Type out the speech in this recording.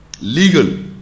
legal